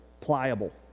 pliable